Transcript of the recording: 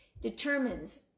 determines